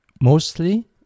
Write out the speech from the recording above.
Mostly